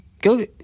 Go